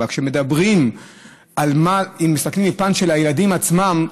אבל אם מסתכלים מהפן של הילדים עצמם,